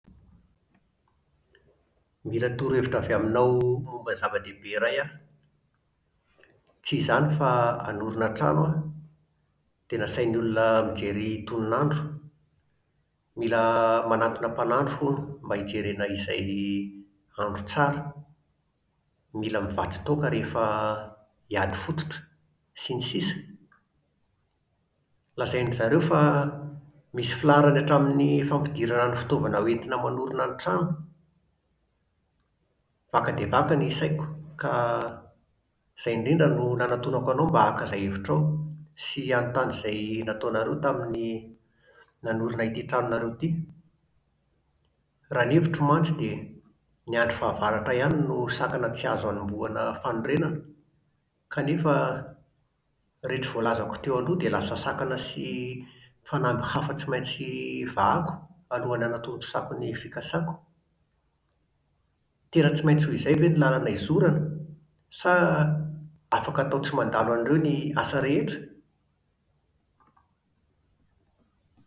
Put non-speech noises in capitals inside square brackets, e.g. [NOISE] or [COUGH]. Mila torohevitra avy aminao [HESITATION] momba ny zava-dehibe iray aho. Tsy izany fa [HESITATION] hanorina trano aho, dia nasain'ny olona [HESITATION] mijery tononandro. Mila [HESITATION] manatona mpanandro, hono, mba hijerena izay [HESITATION] andro tsara, Mila mivatsy toaka rehefa [HESITATION] hihady fototra, sns. Lazain'zareo fa [HESITATION] misy filaharany hatramin'ny fampidirana ny fitaovana ho entina manorina ny trano. Vaka dia vaka ny saiko ka [HESITATION] izay indrindra no nanatonako anao mba haka izay hevitrao sy hanontany izay nataonareo tamin'ny [HESITATION] nanorina ity tranonareo ity. Raha ny hevitro mantsy dia ny andro fahavaratra ihany no sakana tsy azo anombohana fanorenana. Kanefa, [HESITATION] iretsy voalazako teo aloha dia lasa sakana sy [HESITATION] fanamby hafa tsy maintsy [HESITATION] vahako alohan'ny hanatontosako ny fikasako. Tena tsy maintsy ho izay ve no làlana hizorana? Sa [HESITATION] afaka atao tsy mandalo an'ireo ny [HESITATION] asa rehetra?